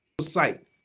site